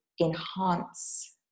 enhance